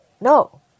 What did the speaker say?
No